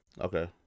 Okay